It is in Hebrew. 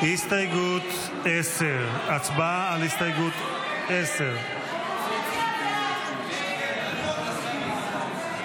-- הסתייגות 10. הצבעה על הסתייגות 10. הסתייגות 10 לא נתקבלה.